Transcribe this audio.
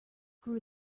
grew